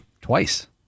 twice